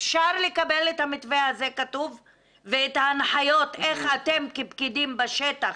אפשר לקבל את המתווה הזה כתוב ואת ההנחיות איך הפקידים בשטח